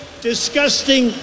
disgusting